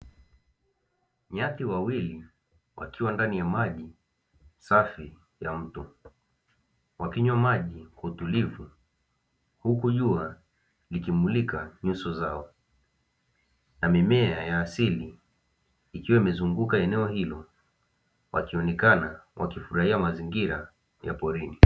Nyati wawili wakiwa ndani ya maji safi ya mto wakinywa maji kwa utulivu, huku jua likimulika nyuso zao na mimea ya asili ikiwa imezunguka eneo hilo, wakionekana wakifurahia mazingira ya porini.